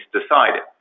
decided